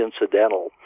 incidental